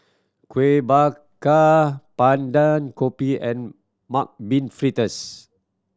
Kuih Bakar Pandan kopi and Mung Bean Fritters